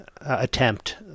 attempt